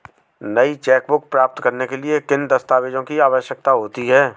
नई चेकबुक प्राप्त करने के लिए किन दस्तावेज़ों की आवश्यकता होती है?